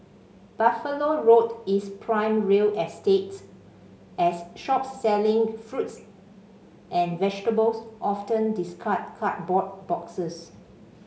Buffalo Road is prime real estate as shops selling fruits and vegetables often discard cardboard boxes